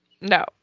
No